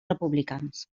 republicans